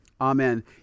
Amen